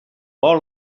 all